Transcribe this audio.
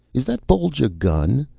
is that bulge a gun?